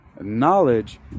knowledge